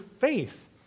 faith